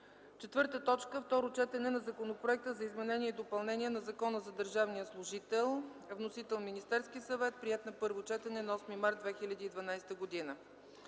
петък. 4. Второ четене на Законопроекта за изменение и допълнение на Закона за държавния служител. Вносител: Министерският съвет, приет на първо четене на 8 март 2012 г.